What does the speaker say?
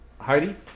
Heidi